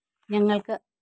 ഞങ്ങൾക്ക്